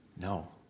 No